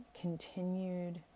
continued